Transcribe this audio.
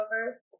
over